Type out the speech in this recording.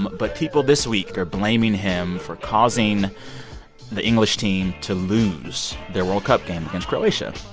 but people this week are blaming him for causing the english team to lose their world cup game against croatia.